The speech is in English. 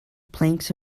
planks